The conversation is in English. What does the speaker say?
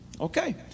Okay